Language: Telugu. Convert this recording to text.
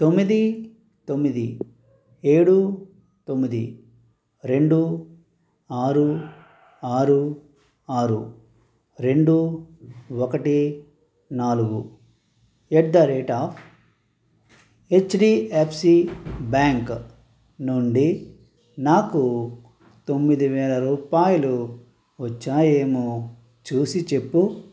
తొమ్మిది తొమ్మిది ఏడు తొమ్మిది రెండు ఆరు ఆరు ఆరు రెండు ఒకటి నాలుగు at the rate of HDFC bank నుండి నాకు తొమ్మిది వేల రూపాయలు వచ్చాయేమో చూసిచెప్పు